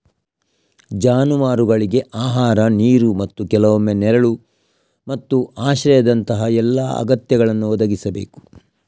ಜಾನುವಾರುಗಳಿಗೆ ಆಹಾರ, ನೀರು ಮತ್ತು ಕೆಲವೊಮ್ಮೆ ನೆರಳು ಮತ್ತು ಆಶ್ರಯದಂತಹ ಎಲ್ಲಾ ಅಗತ್ಯಗಳನ್ನು ಒದಗಿಸಬೇಕು